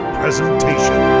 presentation